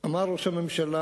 אמר ראש הממשלה,